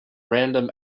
random